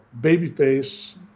babyface